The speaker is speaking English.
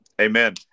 Amen